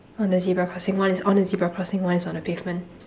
on the zebra crossing one is on the zebra crossing one is on the pavement